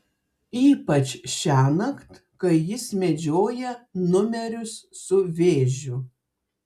ypač šiąnakt kai jis medžioja numerius su vėžiu